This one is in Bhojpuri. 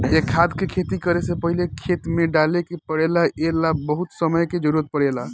ए खाद के खेती करे से पहिले खेत में डाले के पड़ेला ए ला बहुत समय के जरूरत पड़ेला